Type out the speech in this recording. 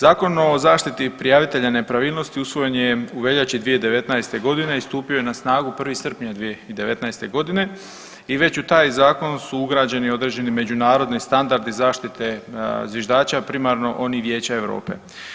Zakon o zaštiti prijavitelja nepravilnosti usvojen je u veljači 2019. godine i stupio je na snagu 1. srpnja 2019. godine i već u taj zakon su ugrađeni određeni međunarodni standardi zaštite zviždača primarno oni Vijeća Europe.